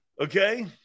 Okay